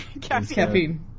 Caffeine